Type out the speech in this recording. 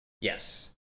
Yes